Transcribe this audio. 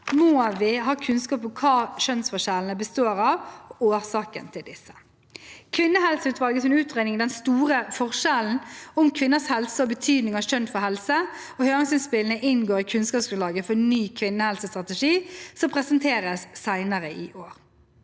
må vi ha kunnskap om hva kjønnsforskjellene består av, og årsakene til disse. Kvinnehelseutvalgets utredning «Den store forskjellen. Om kvinners helse og betydningen av kjønn for helse» og høringsinnspillene inngår i kunnskapsgrunnlaget for en ny kvinnehelsestrategi som presenteres senere i år.